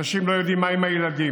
אנשים לא יודעים מה עם הילדים,